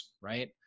right